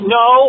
no